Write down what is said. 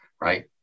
right